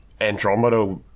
Andromeda